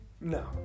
No